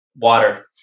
Water